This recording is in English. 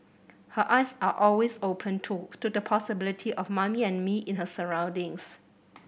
her eyes are always open too to the possibility of Mummy and Me in her surroundings